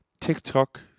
TikTok